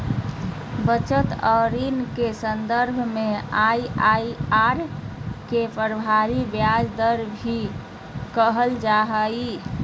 बचत और ऋण के सन्दर्भ में आइ.आइ.आर के प्रभावी ब्याज दर भी कहल जा हइ